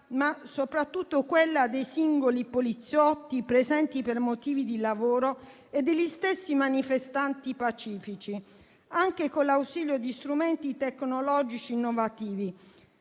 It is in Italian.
ma soprattutto quella dei singoli poliziotti, presenti per motivi di lavoro, e degli stessi manifestanti pacifici, anche con l'ausilio di strumenti tecnologici innovativi.